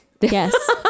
Yes